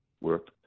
work